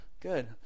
Good